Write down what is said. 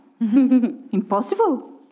impossible